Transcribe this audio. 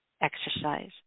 exercise